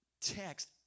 text